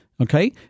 Okay